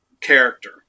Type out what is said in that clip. character